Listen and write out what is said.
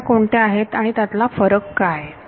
तर त्या कोणत्या आहेत त्यातील फरक काय